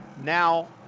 now